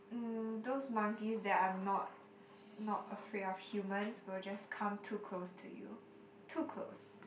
mm those monkeys that are not not afraid of humans will just come too close to you too close